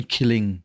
Killing